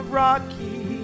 rocky